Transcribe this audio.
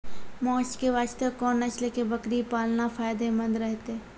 मांस के वास्ते कोंन नस्ल के बकरी पालना फायदे मंद रहतै?